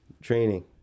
Training